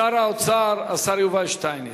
שר האוצר, השר יובל שטייניץ.